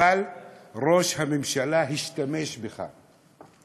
אבל ראש הממשלה השתמש בך.